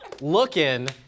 looking